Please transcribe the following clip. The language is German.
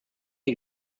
die